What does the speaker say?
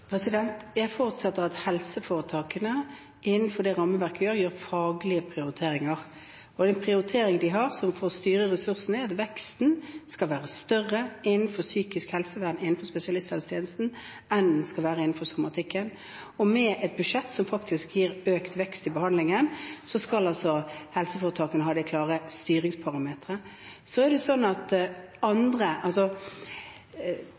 Jeg forutsetter at helseforetakene innenfor det rammeverket vi har, gjør faglige prioriteringer, og den prioritering de har som får styre ressursene, er at veksten skal være større innenfor psykisk helsevern innenfor spesialisthelsetjenesten enn innenfor somatikken. Med et budsjett som faktisk gir økt vekst i behandlingen, skal helseforetakene ha den klare styringsparameteren. Så er det eksemplet jeg nevnte fra Åse i Ålesund. Jeg har også sittet og snakket med pårørende som mener at